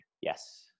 Yes